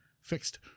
fixed